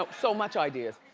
ah so much ideas.